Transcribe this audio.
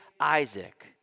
Isaac